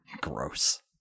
Gross